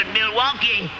Milwaukee